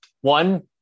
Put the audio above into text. One